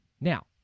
Now